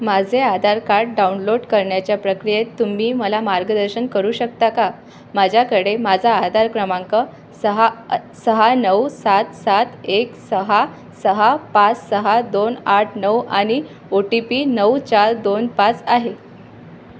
माझे Aadhaar card download करण्याच्या प्रक्रियेत तुम्ही मला मार्गदर्शन करू शकता का माझ्याकडे माझा आधार क्रमांक सहा सहा नऊ सात सात एक सहा सहा पाच सहा दोन आठ नऊ आणि ओ टी पी नऊ चार दोन पाच आहे